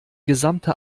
gesamte